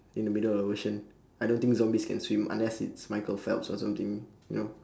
in the middle of the ocean I don't think zombies can swim unless it's michael phelps or something you know